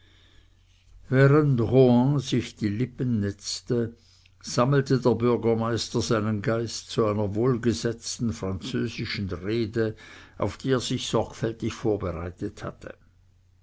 rohan sich die lippen netzte sammelte der bürgermeister seinen geist zu einer wohlgesetzten französischen rede auf die er sich sorgfältig vorbereitet hatte